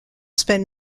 spend